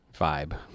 vibe